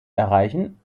erreichen